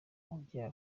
umubyeyi